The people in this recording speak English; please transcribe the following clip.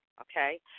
okay